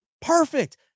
perfect